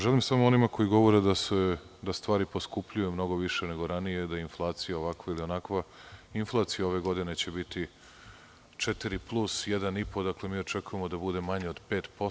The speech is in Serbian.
Želim samo onima koji govore da stvari poskupljuju mnogo više nego ranije, da je inflacija ovakva ili onakva, inflacija ove godine će biti 4+1,5, dakle očekujemo da bude manja od 5%